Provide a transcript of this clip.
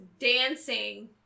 dancing